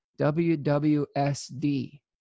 WWSD